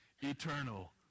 Eternal